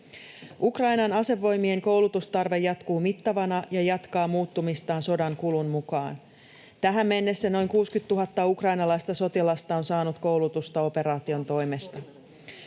Ukrainan asevoimien koulutustarve jatkuu mittavana ja jatkaa muuttumistaan sodan kulun mukaan. Tähän mennessä noin 60 000 ukrainalaista sotilasta on saanut koulutusta operaation toimesta.